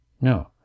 No